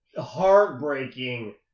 heartbreaking